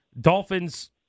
Dolphins